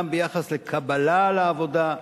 גם ביחס לקבלה לעבודה,